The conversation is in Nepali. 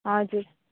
हजुर